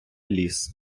ліс